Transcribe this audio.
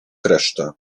reszta